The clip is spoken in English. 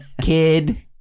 kid